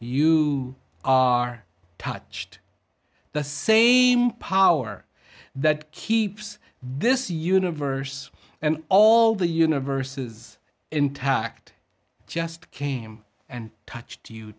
you are touched the same power that keeps this universe and all the universes intact just came and touched you